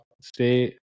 stay